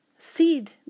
seed